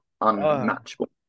unmatchable